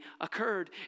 occurred